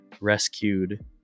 rescued